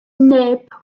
neb